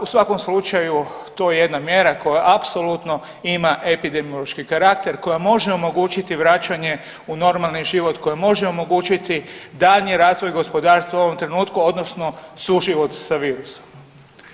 U svakom slučaju to je jedna mjera koja apsolutno ima epidemiološki karakter koja može omogućiti vraćanje u normalni život, koja može omogućiti daljnji razvoj gospodarstva u ovom trenutku odnosno suživot sa virusom.